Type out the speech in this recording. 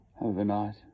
overnight